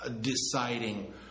deciding